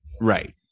Right